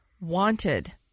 wanted